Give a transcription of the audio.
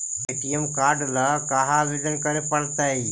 ATM card ल कहा आवेदन करे पड़तै?